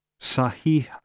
Sahih